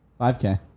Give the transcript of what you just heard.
5K